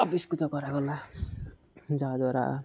ଅବିଷ୍କୃତ କରାଗଲା ଯାହାଦ୍ୱାରା